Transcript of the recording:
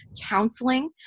counseling